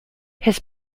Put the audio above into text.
his